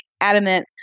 adamant